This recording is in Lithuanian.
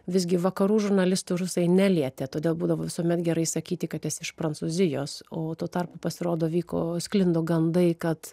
visgi vakarų žurnalistų rusai nelietė todėl būdavo visuomet gerai sakyti kad esi iš prancūzijos o tuo tarpu pasirodo vyko sklido gandai kad